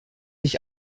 ich